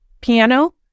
piano